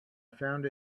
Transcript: found